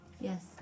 Yes